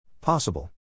Possible